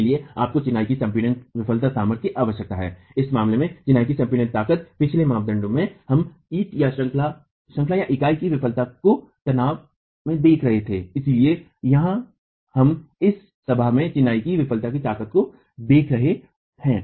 इसलिए आपको चिनाई की संपीडन विफलता सामर्थ्य की आवश्यकता है इस मामले में चिनाई की संपीडन ताकतपिछले मानदंड में हम श्रंखलाइकाई की विफलता को तनाव देख रहे थे लेकिन यहाँ हम इस सभा में चिनाई की विफलता की ताकत को देख रहे हैं